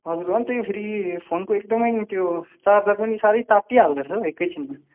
हजुर अनि त यो फेरि फोनको एकदमै त्यो चार्जर पनि साह्रै तातिइहाल्दो रहेछ एकैछिनमा